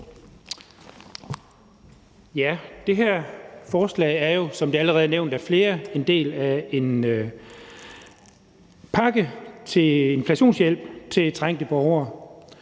Det her forslag er jo, som det allerede er nævnt af flere, en del af en pakke til inflationshjælp til trængte borgere,